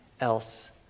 else